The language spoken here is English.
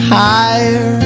higher